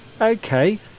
Okay